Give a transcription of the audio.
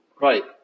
Right